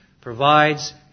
provides